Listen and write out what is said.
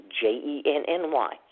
J-E-N-N-Y